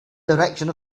direction